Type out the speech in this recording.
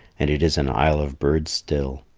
and it is an isle of birds still.